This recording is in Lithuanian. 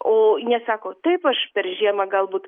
o jie sako taip aš per žiemą galbūt